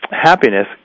Happiness